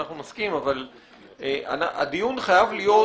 אנחנו נסכים אבל הדיון חייב להתעסק,